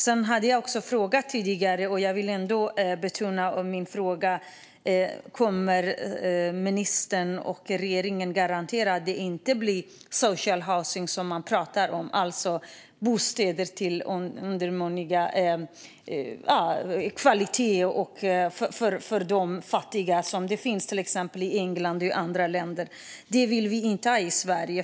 Jag frågade detta tidigare, och jag vill betona det: Kan ministern och regeringen garantera att det inte blir social housing, som man pratar om, alltså bostäder av undermålig kvalitet för fattiga? Detta finns till exempel i England och i andra länder. Det vill vi inte ha i Sverige.